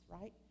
right